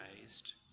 raised